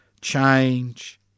Change